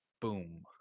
Boom